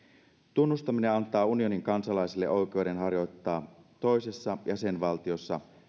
tunnustaminen antaa unionin kansalaisille oikeuden harjoittaa toisessa jäsenvaltiossa